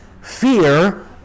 Fear